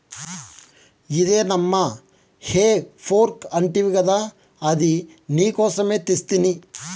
ఇదే నమ్మా హే ఫోర్క్ అంటివి గదా అది నీకోసమే తెస్తిని